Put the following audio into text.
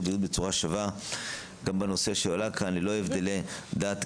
בריאות בצורה שווה גם בנושא שעלה כאן בלי הבדלי דת,